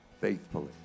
faithfully